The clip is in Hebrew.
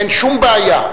אין שום בעיה.